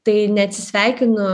tai neatsisveikinu